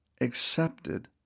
accepted